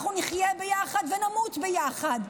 אנחנו נחיה ביחד ונמות ביחד.